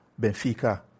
Benfica